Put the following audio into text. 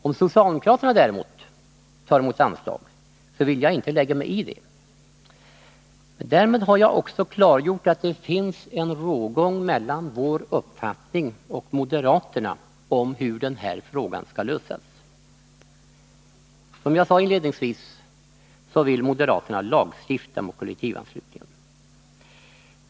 Om socialdemokraterna däremot tar emot anslag, så vill jag inte lägga mig i det. Därmed har jag också klartgjort att det finns en rågång mellan vår uppfattning och moderaternas om hur den här frågan skall lösas. Som jag sade inledningsvis vill moderaterna lagstifta mot kollektivanslutningen.